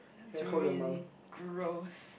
it's really gross